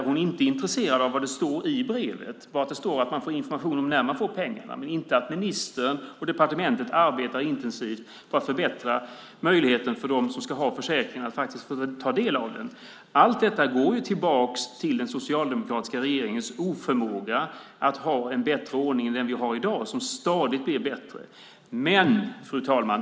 Hon är inte intresserad av vad det står i brevet, bara att det är information om när man får pengarna. Hon är inte intresserad av att ministern och departementet arbetar intensivt på att förbättra möjligheten för dem som ska ha försäkringen att faktiskt få ta del av den. Allt detta går tillbaka till den socialdemokratiska regeringens oförmåga att ha en bättre ordning än den vi har i dag och som stadigt blir bättre. Fru talman!